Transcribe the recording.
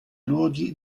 luoghi